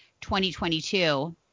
2022